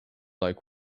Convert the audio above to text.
like